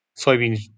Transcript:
Soybean